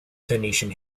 phoenician